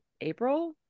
April